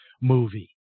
movie